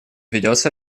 ведется